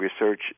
research